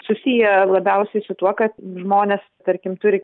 susiję labiausiai su tuo kad žmonės tarkim turi